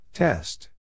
Test